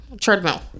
treadmill